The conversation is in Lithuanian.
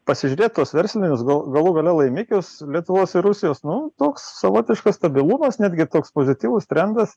pasižiūrėt tuos verslinius galų gale laimikius lietuvos ir rusijos nu toks savotiškas stabilumas netgi koks pozityvus trendas